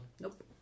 Nope